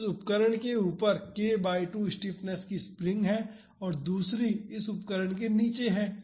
तो इस उपकरण के ऊपर k बाई 2 स्टिफनेस की स्प्रिंग है और दूसरी इस उपकरण के नीचे है